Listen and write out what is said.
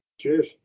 cheers